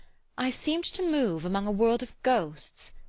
i seemed to move among a world of ghosts,